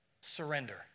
Surrender